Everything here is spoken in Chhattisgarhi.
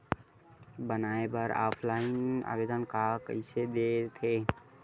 बनाये बर ऑफलाइन आवेदन का कइसे दे थे?